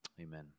Amen